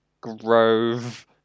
grove